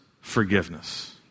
forgiveness